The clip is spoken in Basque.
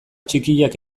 txikiak